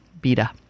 beta